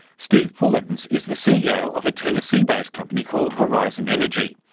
steve pullins is the ceo of a tennessee-based company called horizon energy.